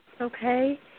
Okay